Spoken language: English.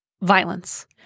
violence